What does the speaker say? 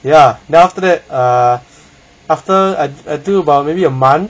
ya then after that ah after I do about maybe a month